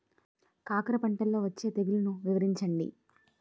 కాకర పంటలో వచ్చే తెగుళ్లను వివరించండి?